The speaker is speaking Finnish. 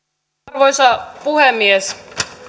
arvoisa puhemies